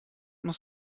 muss